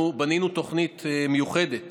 אנחנו בנינו תוכנית מיוחדת